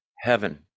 heaven